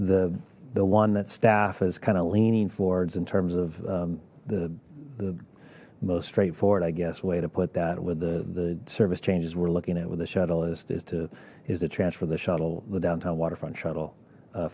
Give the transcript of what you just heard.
the the one that staff is kind of leaning forwards in terms of the most straightforward i guess way to put that with the the service changes we're looking at with the shuttle astiz two is the transfer the shuttle the downtown waterfront shuttle